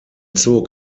zog